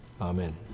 Amen